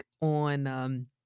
on